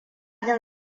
jin